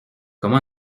comme